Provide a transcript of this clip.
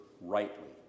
rightly